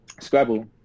Scrabble